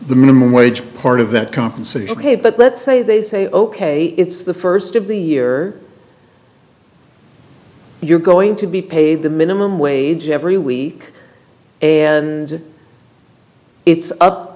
the minimum wage part of that compensation paid but let's say they say ok it's the first of the year you're going to be paid the minimum wage every week and it's up